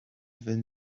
wenn